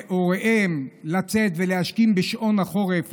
לצאת ולהשכים בשעון החורף,